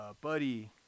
Buddy